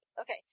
Okay